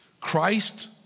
Christ